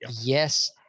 Yes